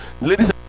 ladies